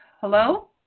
Hello